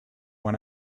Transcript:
when